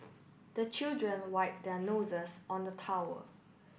the children wipe their noses on the towel